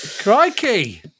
Crikey